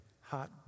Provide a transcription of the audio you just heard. hot